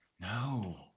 No